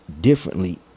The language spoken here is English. differently